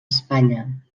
espanya